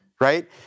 Right